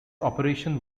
operation